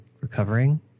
recovering